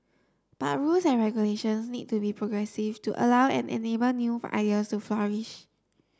but rules and regulations need to be progressive to allow and enable new idea so flourish